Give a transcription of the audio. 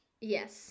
Yes